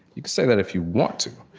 you can say that if you want to.